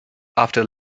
after